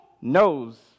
knows